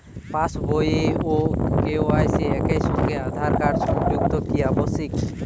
পাশ বই ও কে.ওয়াই.সি একই সঙ্গে আঁধার কার্ড সংযুক্ত কি আবশিক?